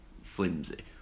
flimsy